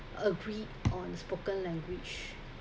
agree on spoken language